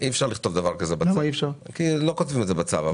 אי-אפשר לכתוב דבר כזה, לא כותבים את זה בצו.